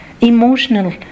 emotional